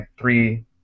three